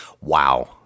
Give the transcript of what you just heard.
Wow